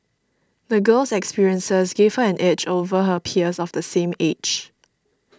the girl's experiences gave her an edge over her peers of the same age